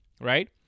right